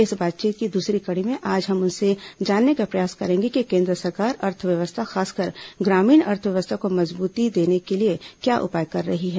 इस बातचीत की दूसरी कड़ी में आज हम उनसे जानने का प्रयास करेंगे कि केन्द्र सरकार अर्थव्यवस्था खासकर ग्रामीण अर्थव्यवस्था को मजबूती देने के लिए क्या उपाय कर रही है